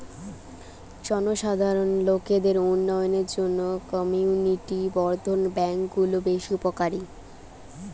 জনসাধারণ লোকদের উন্নয়নের জন্যে কমিউনিটি বর্ধন ব্যাংক গুলো বেশ উপকারী